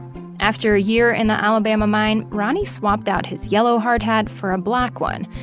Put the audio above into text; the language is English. after a year in the alabama mine, ronnie swapped out his yellow hard hat for a black one,